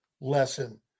lesson